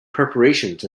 preparations